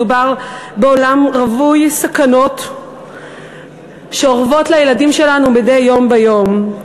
מדובר בעולם רווי סכנות שאורבות לילדים שלנו מדי יום ביומו.